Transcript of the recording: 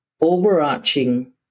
overarching